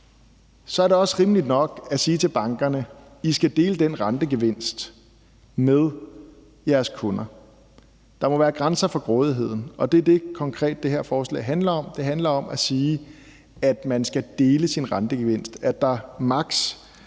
så også er rimeligt nok at sige til bankerne, at de skal dele den rentegevinst med deres kunder. Der må være grænser for grådigheden, og det, som det her forslag konkret handler om, er altså, at man skal dele sin rentegevinst, og at der maks.